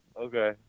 Okay